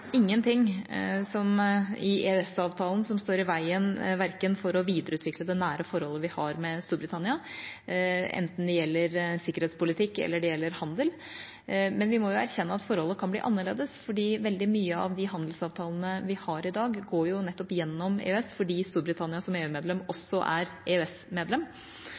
i EØS-avtalen som står i veien for å videreutvikle det nære forholdet vi har til Storbritannia, enten det gjelder sikkerhetspolitikk, eller det gjelder handel. Men vi må erkjenne at forholdet kan bli annerledes, fordi veldig mange av de handelsavtalene vi har i dag, går gjennom nettopp EØS, fordi Storbritannia, som EU-medlem, også er